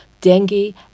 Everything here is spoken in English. dengue